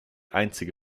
einzige